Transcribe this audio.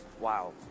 Wow